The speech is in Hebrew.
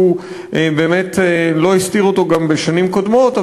שהוא באמת לא הסתיר אותו גם בשנים קודמות,